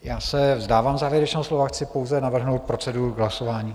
Já se vzdávám závěrečného slova, chci pouze navrhnout proceduru hlasování.